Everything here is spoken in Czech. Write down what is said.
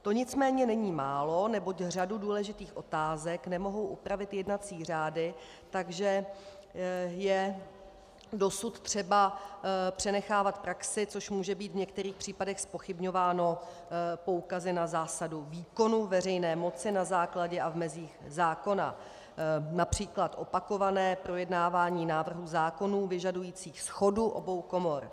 To nicméně není málo, neboť řadu důležitých otázek nemohou upravit jednací řády, takže je dosud třeba přenechávat praxi, což může být v některých případech zpochybňováno poukazy na zásadu výkonu veřejné moci na základě a v mezích zákona, například opakované projednávání návrhů zákonů vyžadujících shodu obou komor.